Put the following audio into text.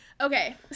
okay